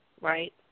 right